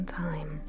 time